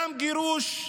גם גירוש,